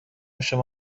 شما